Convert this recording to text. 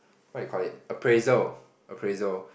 what you call it appraisal appraisal